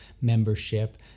membership